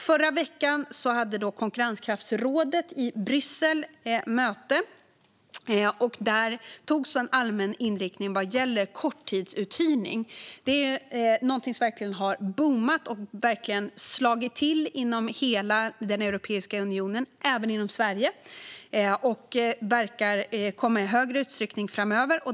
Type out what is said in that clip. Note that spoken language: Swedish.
Förra veckan hade konkurrenskraftsrådet i Bryssel möte. Där antogs en allmän inriktning gällande korttidsuthyrning. Det är något som verkligen har boomat och slagit till inom hela Europeiska unionen och även i Sverige. Det verkar dessutom öka framöver.